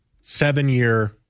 seven-year